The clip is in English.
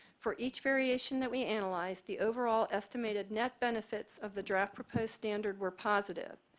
for each variation that we analyze, the overall estimated net benefits of the draft proposed standard were positive.